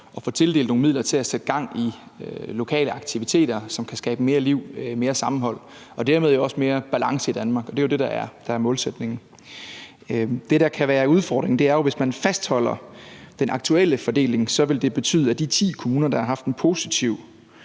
at få tildelt nogle midler til at sætte gang i lokale aktiviteter, som kan skabe mere liv, mere sammenhold og dermed jo også mere balance i Danmark. Det er det, der er målsætningen. Det, der kan være udfordringen, er, at hvis man fastholder den aktuelle fordeling, vil det betyde, af de ti kommuner, der har haft en positiv